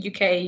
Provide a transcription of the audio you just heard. UK